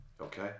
Okay